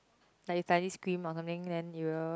like you suddenly scream or something then it will